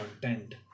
content